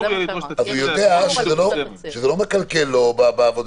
אסור יהיה לדרוש תצהיר --- אז הוא יודע שזה לא מקלקל לו בעבודה,